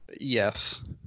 Yes